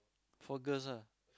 for girls ah